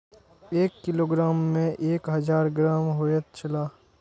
एक किलोग्राम में एक हजार ग्राम होयत छला